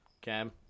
Cam